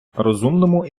розумному